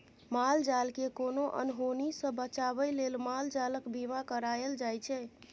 माल जालकेँ कोनो अनहोनी सँ बचाबै लेल माल जालक बीमा कराएल जाइ छै